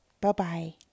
Bye-bye